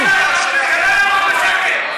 זה לא יעבור בשקט,